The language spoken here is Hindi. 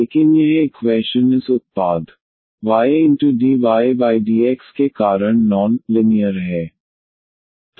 लेकिन यह इक्वैशन इस उत्पाद y dydx के कारण नॉन लिनियर है